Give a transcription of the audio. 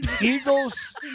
Eagles